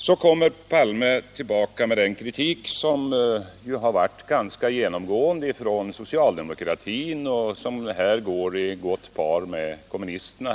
Så kommer herr Palme tillbaka med den kritik som varit ganska genomgående från socialdemokraterna — och som här går i gott par med kommunisterna.